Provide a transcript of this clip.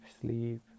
sleep